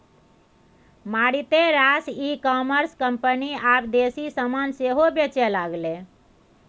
मारिते रास e commerce company आब देसी समान सेहो बेचय लागलै